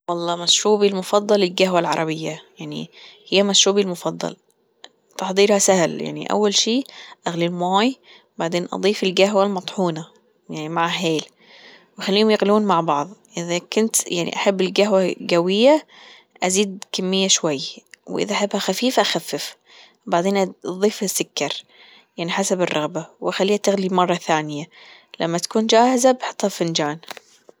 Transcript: والله مشروبي المفضل الجهوة العربية يعني هي مشروبي المفضل تحضيرها سهل يعني أول شي أغلي الموي بعدين أضيف الجهوة المطحونة يعني مع هيل وأخليهم يغلون مع بعض يعني إذا كنت أحب الجهوة جوية أزيد الكمية شوي وإذا أحبها خفيفة أخففها بعدين أضيف السكر يعني حسب الرغبة وأخليها تغلي مرة ثانية لما تكون جاهزة بأحطها في فنجان.